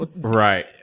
Right